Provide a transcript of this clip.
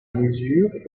mesure